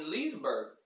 Leesburg